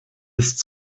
ist